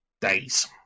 days